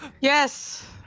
Yes